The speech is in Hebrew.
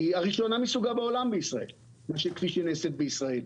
היא הראשונה מסוגה בעולם בישראל כפי שהיא נעשית בישראל,